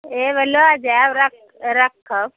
हइ वएह लऽ जाएब रखब